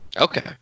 Okay